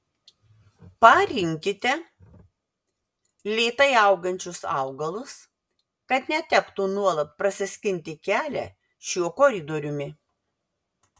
parinkite lėtai augančius augalus kad netektų nuolat prasiskinti kelią šiuo koridoriumi